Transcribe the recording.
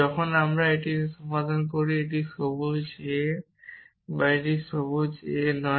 যখন আমরা এটি দিয়ে সমাধান করি এটি সবুজ a এবং এটি সবুজ a নয়